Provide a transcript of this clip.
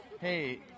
Hey